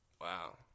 Wow